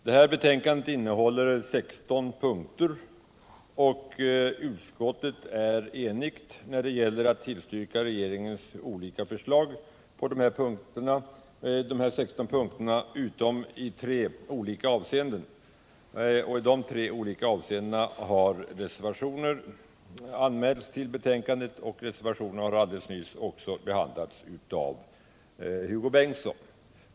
Betänkan = hetsområde det innehåller 16 punkter, och utskottet är enigt när det gäller att tillstyrka regeringens olika förslag på samtliga punkter utom tre. I dessa tre av seenden har reservationer avgivits, och Hugo Bengtsson har alldeles nyss redogjort för dem.